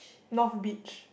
north beach